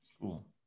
cool